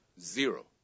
Zero